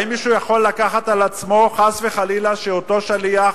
האם מישהו יכול לקחת על עצמו חס וחלילה שאותו שליח,